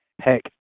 heck